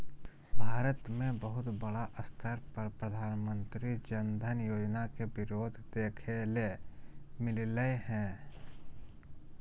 भारत मे बहुत बड़ा स्तर पर प्रधानमंत्री जन धन योजना के विरोध देखे ले मिललय हें